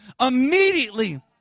immediately